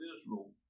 Israel